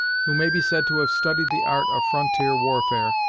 who may be said to have studied the art of frontier warfare,